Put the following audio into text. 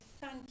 thank